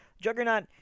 Juggernaut